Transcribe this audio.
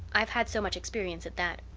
i've had so much experience at that.